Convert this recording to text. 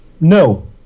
No